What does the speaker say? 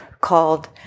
called